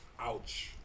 Ouch